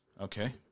Okay